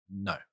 no